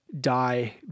die